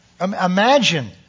Imagine